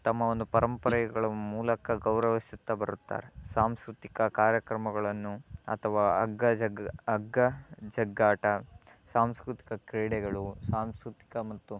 ತಮ್ಮ ಒಂದು ಪರಂಪರೆಗಳ ಮೂಲಕ ಗೌರವಿಸುತ್ತಾ ಬರುತ್ತಾರೆ ಸಾಂಸ್ಕೃತಿಕ ಕಾರ್ಯಕ್ರಮಗಳನ್ನು ಅಥವಾ ಹಗ್ಗ ಜಗ್ ಹಗ್ಗ ಜಗ್ಗಾಟ ಸಾಂಸ್ಕೃತಿಕ ಕ್ರೀಡೆಗಳು ಸಾಂಸ್ಕೃತಿಕ ಮತ್ತು